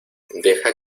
deja